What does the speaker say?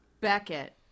Beckett